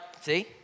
see